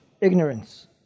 Ignorance